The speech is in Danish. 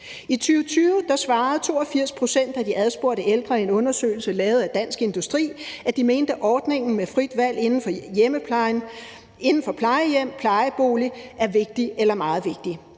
I 2020 svarede 82 pct. af de adspurgte ældre i en undersøgelse lavet af Dansk Industri, at de mente, at ordningen med frit valg inden for hjemmeplejen, plejehjem og plejebolig er vigtig eller meget vigtig.